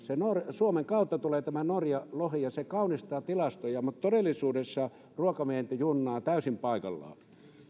suomen kautta tulee norjan lohi ja se kaunistaa tilastoja todellisuudessa ruokavienti junnaa täysin paikallaan